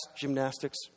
gymnastics